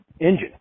engine